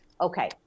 Okay